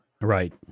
Right